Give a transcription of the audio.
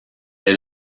est